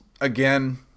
again